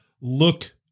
look